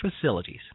facilities